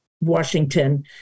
Washington